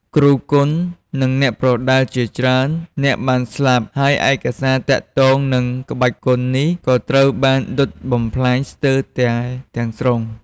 គ្រូគុន និងអ្នកប្រដាល់ជាច្រើននាក់បានស្លាប់ ហើយឯកសារទាក់ទងនឹងក្បាច់គុននេះក៏ត្រូវបានដុតបំផ្លាញស្ទើរតែទាំងស្រុង។